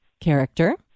character